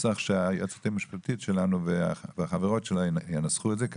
היועצת המשפטית שלנו והחברות שלה ינסחו את זה בנוסח,